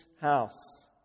house